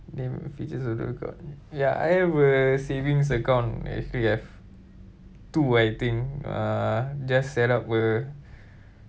name the features of the account ya I have a savings account actually I have two I think uh just set up uh